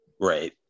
Right